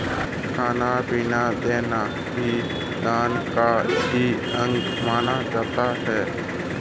खाना पीना देना भी दान का ही अंग माना जाता है